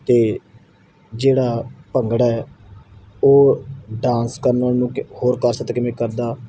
ਅਤੇ ਜਿਹੜਾ ਭੰਗੜਾ ਹੈ ਉਹ ਡਾਂਸ ਕਰਨ ਨੂੰ ਕਿ ਹੋਰ ਆਕਰਸ਼ਿਤ ਕਿਵੇਂ ਕਰਦਾ